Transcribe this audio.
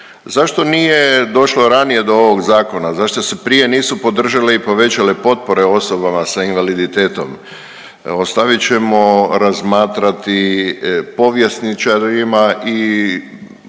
Zašto nije došlo ranije do ovog zakona? Zašto se prije nisu podržale i povećale potpore osobama sa invaliditetom, ostavit ćemo razmatrati povjesničarima i